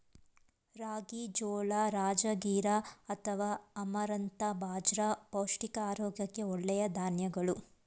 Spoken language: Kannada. ರಾಗಿ, ಜೋಳ, ರಾಜಗಿರಾ ಅಥವಾ ಅಮರಂಥ ಬಾಜ್ರ ಪೌಷ್ಟಿಕ ಆರೋಗ್ಯಕ್ಕೆ ಒಳ್ಳೆಯ ಧಾನ್ಯಗಳು